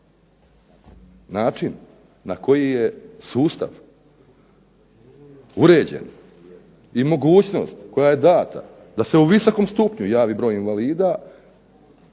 način na koji je sustav uređen i mogućnost koja je data da se u visokom stupnju javi broj invalida